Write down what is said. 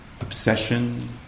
obsession